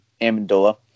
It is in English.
Amendola